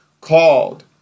called